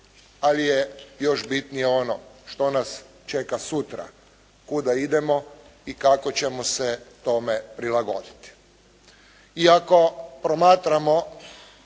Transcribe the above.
Ali je još bitnije ono, što nas čeka sutra, kuda idemo i kako ćemo se tome prilagoditi. I ako promatramo